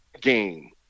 game